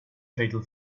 fatal